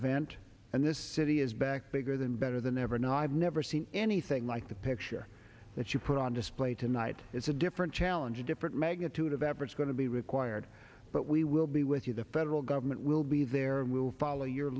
event and this city is back bigger than better than ever now i've never seen anything like the picture that you put on display tonight it's a different challenge a different magnitude of average going to be required but we will be with you the federal government will be there and will follow your